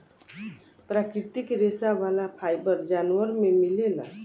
प्राकृतिक रेशा वाला फाइबर जानवर में मिलेला